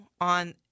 on